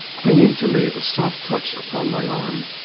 clinging to me. a soft touch upon my arm.